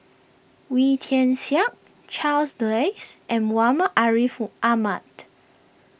Wee Tian Siak Charles Dyce and Muhammad Ariff Ahmad